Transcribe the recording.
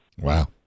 Wow